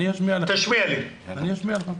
אני אשמיע לך.